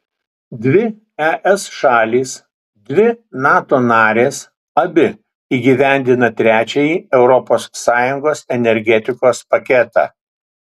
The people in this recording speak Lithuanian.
dvi es šalys dvi nato narės abi įgyvendina trečiąjį europos sąjungos energetikos paketą